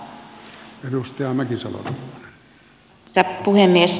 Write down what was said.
arvoisa puhemies